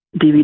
DVD